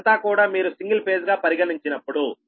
ఇదంతా కూడా మీరు సింగిల్ ఫేజ్ గా పరిగణించినప్పుడు